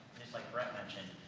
just like brett mentioned.